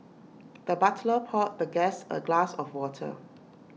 the butler poured the guest A glass of water